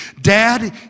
Dad